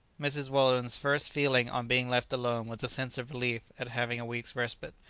mrs. weldon's first feeling on being left alone was a sense of relief at having a week's respite.